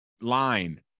Line